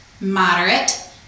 moderate